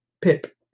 Pip